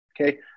okay